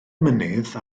mynydd